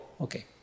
okay